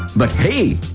but hey,